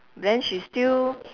then she still